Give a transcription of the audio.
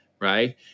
right